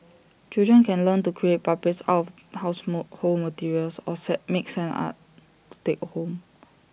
children can learn to create puppets out of household materials or make sand art to take home